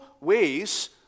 ways